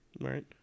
Right